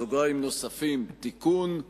(תיקון)